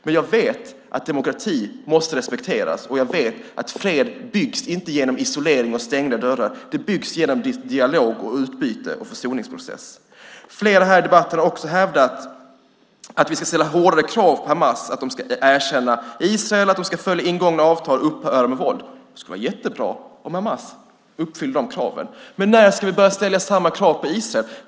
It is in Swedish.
Men jag vet att demokrati måste respekteras, och jag vet att fred inte byggs genom isolering och stängda dörrar: Den byggs genom dialog, utbyte och försoningsprocess. Flera har här i debatten också hävdat att vi ska ställa hårdare krav på Hamas: att de ska erkänna Israel och att de ska följa ingångna avtal och upphöra med våld. Det skulle vara jättebra om Hamas uppfyllde de kraven. Men när ska vi börja ställa samma krav på Israel?